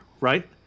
Right